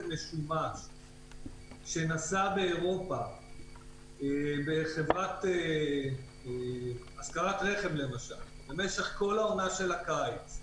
משומש שנסע באירופה בחברת השכרת רכב למשל במשך כל העונה של הקיץ,